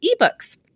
ebooks